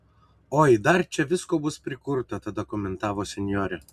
oi dar čia visko bus prikurta tada komentavo senjorė